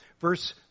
Verse